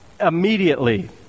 immediately